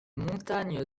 montagne